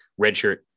redshirt